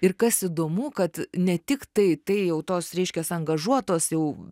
ir kas įdomu kad ne tiktai tai jau tos reiškias angažuotos jau